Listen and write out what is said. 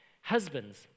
Husbands